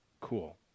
Cool